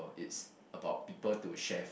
it's about people to share